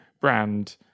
brand